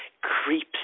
creeps